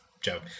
joke